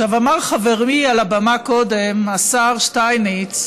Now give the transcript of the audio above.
אמר חברי על הבמה קודם, השר שטייניץ: